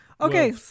Okay